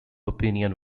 opinion